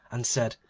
and said,